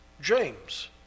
James